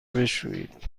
بشویید